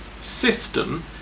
system